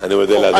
אני מודה לאדוני.